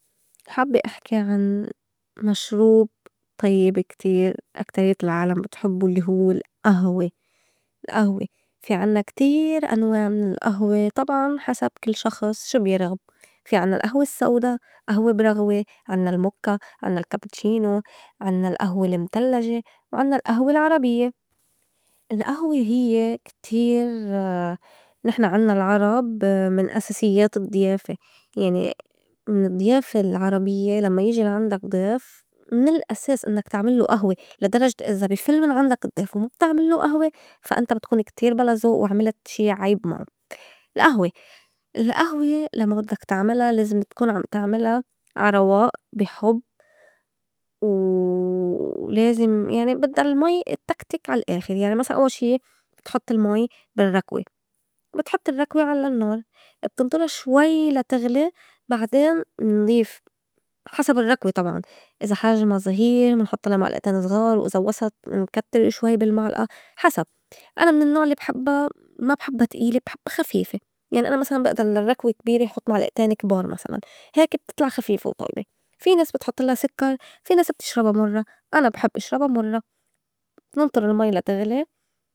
حابّه احكي عن مشروب طيّب كتير أكتريّه العالم بتحبّه الّي هو القهوة. القهوة في عنّا كتير أنواع من القهوة طبعاً حسب كل شخص شو بيرغب في عنّا القهوة السودا، قهوة برغوة، عنّا الموكّا، عنّا الكابتشينو، عنّا القهوة المْتلّجة، وعنّا القهوة العربيّة. القهوة هيّ كتير نحن عنّا العرب من أساسيّات الضيافة. يعني من الضيافة العربيّة لمّا يجي لا عندك ضيف من الأساس إنّك تعملوا قهوة لا درجة إذا بي فل من عندك الضّيف وما بتعملّو قهوة فا انت بتكون كتير بلا زوق وعملت شي عيب معه. القهوة- القهوة لمّا بدّك تعملا لازم تكون عم تعملا عا رواق، بي حُب، و لازم يعني بدّا المي اتكتك عال آخر. يعني مسلاً أوّل شي بتحطّ المي بالرّكوة، بتحطّي الرّكوة على النّار، بتنطُرا شوي لا تغلي، بعدين منضيف حسب الرّكوة طبعاً إذا حجما زغير منحطلّا معلقتين زغار، وإذا وسط منكتّر شوي بالمعلقة حسب. أنا من النّوع الّي بحبّا ما بحبّا تقيله بحبّا خفيفة. يعني أنا مسلاً بقدر لا الرّكوة كبيرة حُط معلقتين كبار مسلاً هيك بتطلع خفيفة وطيبة. في ناس بتحطلّا سكّر، في ناس بتشربا مُرّة أنا بحب اشربا مُرّة. مننطُر المي لا تغلي.